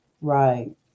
right